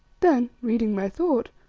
then, reading my thought,